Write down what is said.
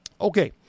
Okay